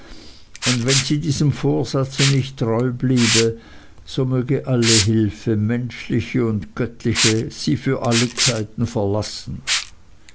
und wenn sie diesem vorsatz nicht treu bliebe so möge alle hilfe menschliche und göttliche sie für alle zeiten verlassen